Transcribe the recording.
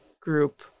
Group